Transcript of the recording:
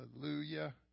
Hallelujah